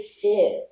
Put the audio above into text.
fit